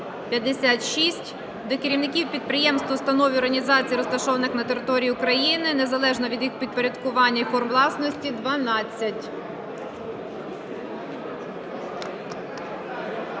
56; до керівників підприємств, установ і організацій, розташованих на території України, незалежно від їх підпорядкування і форм власності – 12.